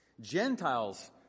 gentiles